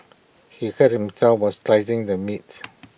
he hurt himself while slicing the meat